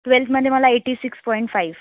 ट्वेल्थमध्ये मला eighty six point five